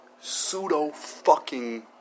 pseudo-fucking